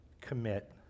commit